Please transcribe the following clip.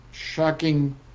Shocking